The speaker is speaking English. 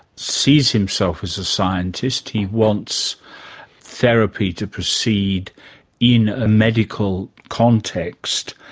sees himself as a scientist. he wants therapy to proceed in a medical context.